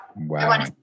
Wow